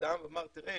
אדם ואמר 'תראה,